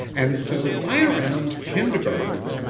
and so by around kindergarten,